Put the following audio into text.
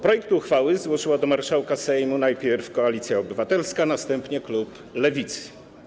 Projekt uchwały złożyli do marszałka Sejmu najpierw Koalicja Obywatelska, następnie klub Lewicy.